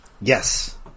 yes